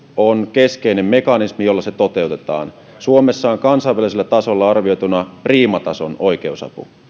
on keskeinen mekanismi jolla se toteutetaan suomessa on kansainvälisellä tasolla arvioituna priimatason oi keusapu